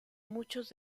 muchos